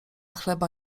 chleba